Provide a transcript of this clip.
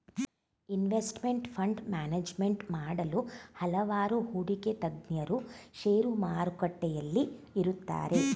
investment fund management ಮಾಡಲು ಹಲವಾರು ಹೂಡಿಕೆ ತಜ್ಞರು ಶೇರು ಮಾರುಕಟ್ಟೆಯಲ್ಲಿ ಇರುತ್ತಾರೆ